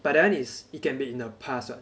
but that one is it can be in a past [what]